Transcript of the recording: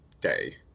day